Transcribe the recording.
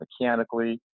mechanically